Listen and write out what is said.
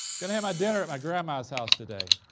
gonna have my dinner at my grandma's house today.